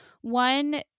one